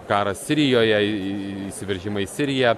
karas sirijoje įsiveržimą į siriją